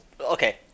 okay